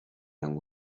young